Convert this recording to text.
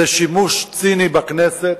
זה שימוש ציני בכנסת